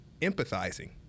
empathizing